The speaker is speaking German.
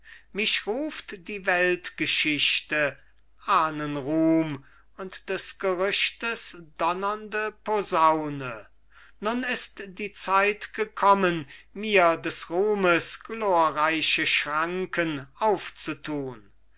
mich ruft die weltgeschichte ahnenruhm und des gerüchtes donnernde posaune nun ist die zeit gekommen mir des ruhmes glorreiche schranken aufzutun